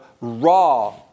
raw